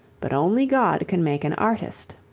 but only god can make an artist.